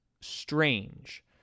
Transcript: strange